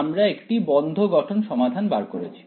আমরা একটি বন্ধ গঠন সমাধান বার করেছি